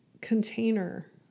container